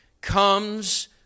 comes